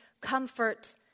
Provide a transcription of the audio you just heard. comfort